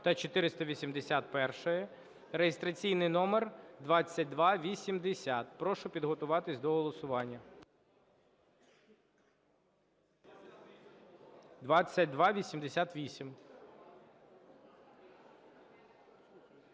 (реєстраційний номер 2288). Прошу підготуватися до голосування.